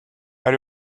are